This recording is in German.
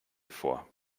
vor